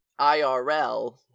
IRL